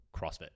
CrossFit